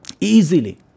easily